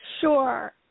Sure